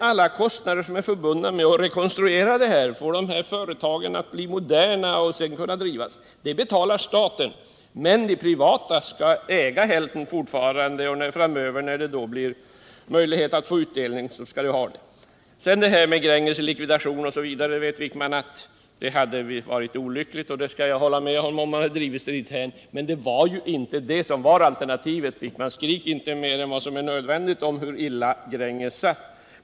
Alla kostnader som sedan är förbundna med rekonstruktionen i syfte att få företagen moderna, så att de kan drivas rationellt, betalar staten — men hälften av bolaget skall fortfarande vara privatägt, och när det i framtiden blir möjligt att få utdelning skall aktieägarna ha det. 53 Sedan detta med Gränges i likvidation osv. Anders Wijkman menar att det hade varit olyckligt, och det skall jag hålla med honom om — om det hade drivits dithän. Men det var inte det som var alternativet, Anders Wijkman. Skrik inte mer än nödvändigt om hur illa Gränges satt.